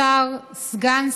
שר, סגן שר,